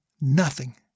Nothing